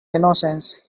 innocence